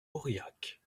aurillac